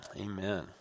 Amen